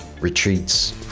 retreats